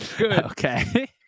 Okay